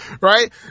Right